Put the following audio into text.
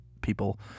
people